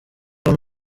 abo